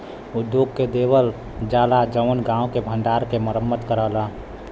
उद्योग के देवल जाला जउन गांव के भण्डारा के मरम्मत करलन